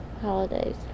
holidays